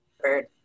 bird